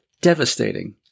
Devastating